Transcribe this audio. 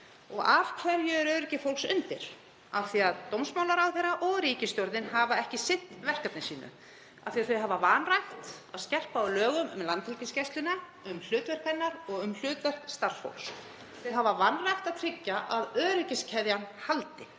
Og af hverju er öryggi fólks undir? Af því að dómsmálaráðherra og ríkisstjórnin hafa ekki sinnt verkefni sínu, af því að þau hafa vanrækt að skerpa á lögum um Landhelgisgæsluna, um hlutverk hennar og um hlutverk starfsfólks. Þau hafa vanrækt að tryggja að öryggiskeðjan haldi.